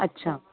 अच्छा